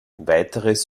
weiteres